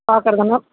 பார்க்கறதுன்னா